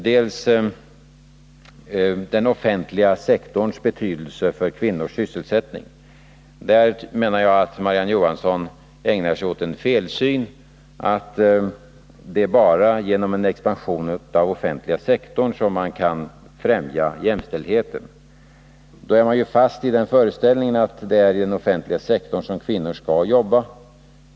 I fråga om den offentliga sektorns betydelse för kvinnors sysselsättning menar jag att Marie-Ann Johansson ägnar sig åt felsynen att det bara är genom en expansion av den offentliga sektorn som man kan främja jämställdheten. Då är man fast i föreställningen att det är inom den offentliga sektorn som kvinnor skall arbeta.